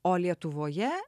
o lietuvoje